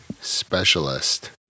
specialist